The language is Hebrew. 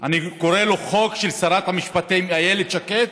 אני קורא לו חוק של שרת המשפטים איילת שקד